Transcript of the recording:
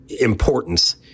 importance